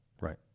Right